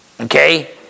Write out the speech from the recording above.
Okay